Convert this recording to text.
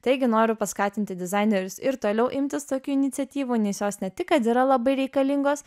taigi noriu paskatinti dizainerius ir toliau imtis tokių iniciatyvų nes jos ne tik kad yra labai reikalingos